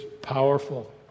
powerful